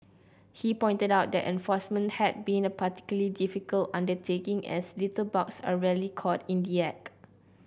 he pointed out that enforcement had been a particular difficult undertaking as litterbugs are rarely caught in the act